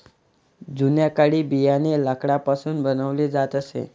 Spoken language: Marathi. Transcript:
जुन्या काळी बियाणे लाकडापासून बनवले जात असे